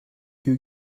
you